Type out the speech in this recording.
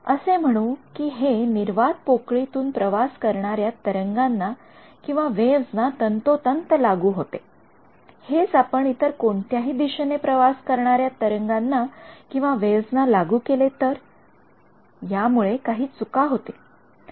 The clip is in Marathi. असे म्हणू कि हे निर्वात पोकळीतून प्रवास करणाऱ्या तरंगांनावेव्हज ना तंतोतंत लागू होते हेच आपण इतर कोणत्याही दिशेने प्रवास करणाऱ्या तरंगांनावेव्हज ना लागू केले तरयामुळे काही चुका होतील